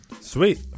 Sweet